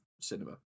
cinema